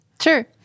Sure